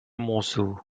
monceau